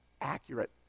accurate